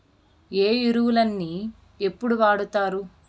ఏ ఎరువులని ఎప్పుడు వాడుతారు?